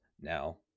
Now